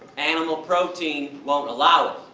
animal protein won't allow it.